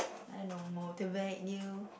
add on motivate you